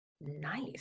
Nice